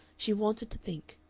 she wanted to think.